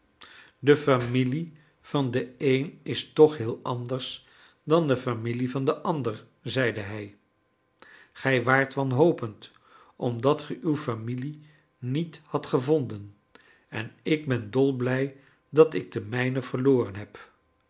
de familie van den een is toch heel anders dan de familie van den ander zeide hij gij waart wanhopend omdat ge uw familie niet hadt gevonden en ik ben dol blij dat ik de mijne verloren heb